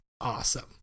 awesome